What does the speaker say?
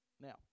Now